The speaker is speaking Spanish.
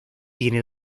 tiene